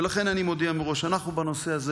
ולכן אני מודיע מראש, אנחנו בנושא הזה